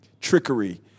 trickery